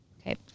Okay